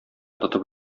тотып